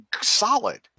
solid